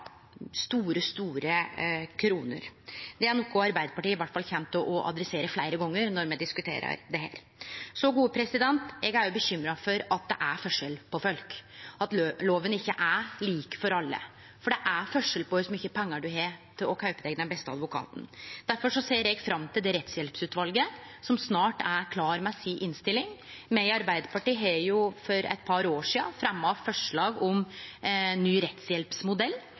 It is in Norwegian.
store pengar. Det er noko iallfall Arbeidarpartiet kjem til å adressere fleire gonger når me diskuterer dette. Eg er òg bekymra for at det er forskjell på folk, at lova ikkje er lik for alle, for det er forskjell på kor mykje pengar ein har til å kjøpe seg den beste advokaten. Difor ser eg fram til det rettshjelpsutvalet som snart er klar med innstillinga si. Me i Arbeidarpartiet fremja for eit par år sidan forslag om ny rettshjelpsmodell